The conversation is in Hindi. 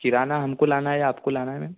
किराना हमको लाना है या आपको लाना है मैम